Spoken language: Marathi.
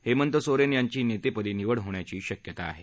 हेमंत सोरेन यांची नेतेपदी निवड होण्याची शक्यता आहे